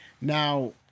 Now